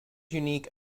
unique